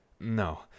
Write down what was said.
No